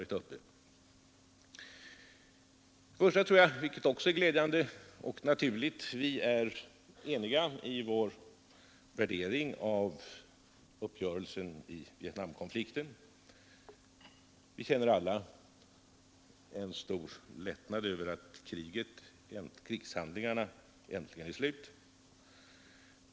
Först och främst är vi — vilket är glädjande och naturligt — eniga i vår värdering av uppgörelsen i Vietnamkonflikten. Vi känner alla en stor lättnad över att krigshandlingarna äntligen är slut.